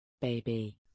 baby